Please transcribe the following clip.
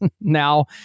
Now